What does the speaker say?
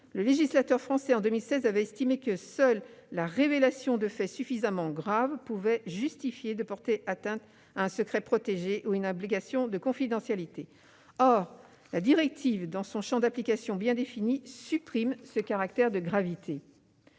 Le législateur français, en 2016, avait estimé que seule la révélation de faits suffisamment graves pouvait justifier de porter atteinte à un secret protégé ou à une obligation de confidentialité. Or la directive, dans son champ d'application bien défini, supprime ce critère de gravité.